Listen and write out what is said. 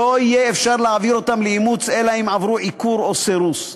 לא יהיה אפשר להעביר אותם מהם לאימוץ אלא אם כן עברו עיקור או סירוס.